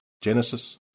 Genesis